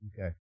Okay